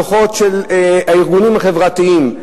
הדוחות של הארגונים החברתיים,